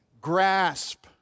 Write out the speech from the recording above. grasp